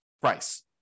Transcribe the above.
price